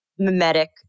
mimetic